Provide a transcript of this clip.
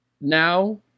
now